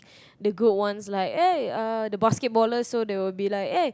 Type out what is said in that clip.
like the good ones like the basket ballers so they be like eh and I be like eh